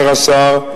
אומר השר,